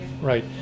Right